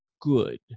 good